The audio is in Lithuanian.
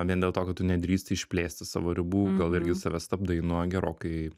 vien dėl to kad tu nedrįsti išplėsti savo ribų gal irgi save stabdai nuo gerokai